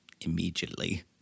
immediately